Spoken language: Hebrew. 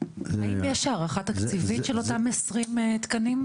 האם יש הערכה תקציבית של אותם 20 תקנים?